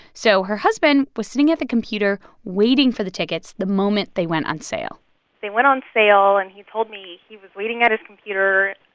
so her husband was sitting at the computer, waiting for the tickets the moment they went on sale they went on sale, and he told me he was waiting at his computer.